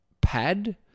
pad